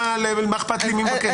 מה אכפת לי מי מבקש?